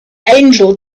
angel